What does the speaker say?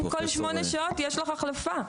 כל שמונה שעות יש החלפה.